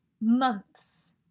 months